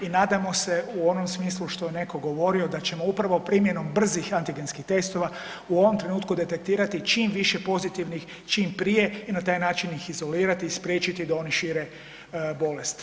I nadamo se u onom smislu što je netko govorio da ćemo upravo primjenom brzih antigenskih testova u ovom trenutku detektirati čim više pozitivnih čim prije i na taj način ih izolirati i spriječiti da oni šire bolest.